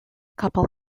couple